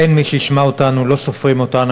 אין מי שישמע אותנו, לא סופרים אותנו.